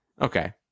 Okay